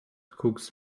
cooks